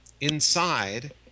Inside